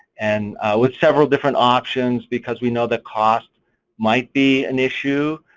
and with several different options, because we know the cost might be an issue,